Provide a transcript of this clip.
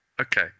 okay